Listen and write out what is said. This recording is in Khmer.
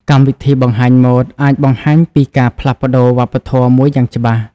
កម្មវិធីបង្ហាញម៉ូដអាចបង្ហាញពីការផ្លាស់ប្តូរវប្បធម៌មួយយ៉ាងច្បាស់។